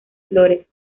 flores